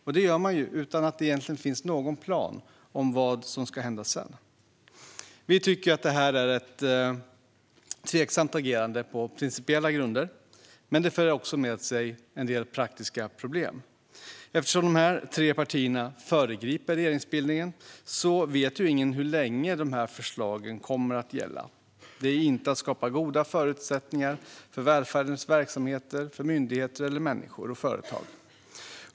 Detta gör man utan att det egentligen finns någon plan för vad som ska hända sedan. Vi tycker på principiella grunder att det här är ett tveksamt agerande. Men det för också med sig en del praktiska problem. Eftersom de här tre partierna föregriper regeringsbildningen vet ju ingen hur länge förslagen kommer att gälla. Detta är inte att skapa goda förutsättningar för välfärdens verksamheter, för myndigheter eller för människor och företag.